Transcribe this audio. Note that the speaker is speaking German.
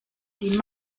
die